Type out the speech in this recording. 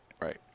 right